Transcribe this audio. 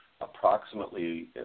approximately